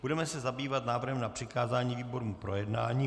Budeme se zabývat návrhem na přikázání výborům k projednání.